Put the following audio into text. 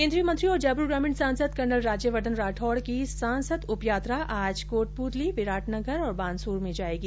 केन्द्रीय मंत्री और जयपुर ग्रामीण सांसद कर्नल राज्यवर्द्वन राठौड की सांसद उप यात्रा आज कोटप्रतली विराटनगर और बानसूर में जाएगी